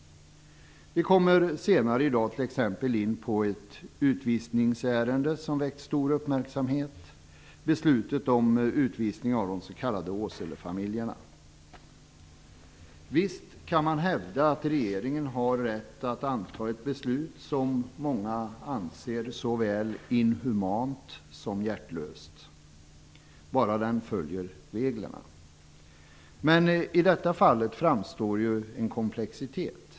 Vi kommer t.ex. senare i dag in på ett utvisningsärende som har väckt stor uppmärksamhet, beslutet om utvisning av de s.k. Åselefamiljerna. Visst kan man hävda att regeringen har rätt att fatta ett beslut som många anser såväl inhumant som hjärtlöst bara den följer reglerna. Men i detta fall framstår en komplexitet.